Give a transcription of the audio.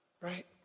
right